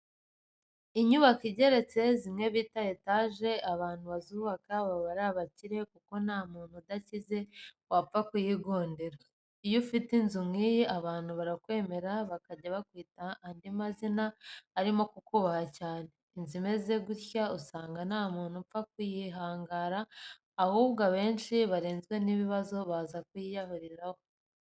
Inyubako igeretse zimwe bita etaje, abantu bazubaka baba ari abakire kuko nta muntu udakize wapfa kuyigondera. Iyo ufite inzu nk'iyi abantu barakwemera bakajya bakwita andi mazina arimo kukubaha cyane. Inzu imeze gutya usanga nta muntu upfa kuyihangara ahubwo abenshi barenzwe n'ibibazo baza kuyiyahuriraho.